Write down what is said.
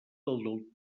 del